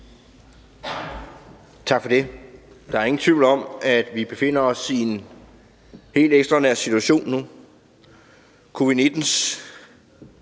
Tak for det. Der er ingen tvivl om, at vi befinder os i en helt ekstraordinær situation nu. Covid-19's